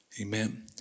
Amen